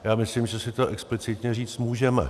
Já myslím, že si to explicitně říct můžeme.